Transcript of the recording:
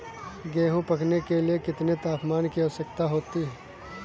गेहूँ पकने के लिए कितने तापमान की आवश्यकता होती है?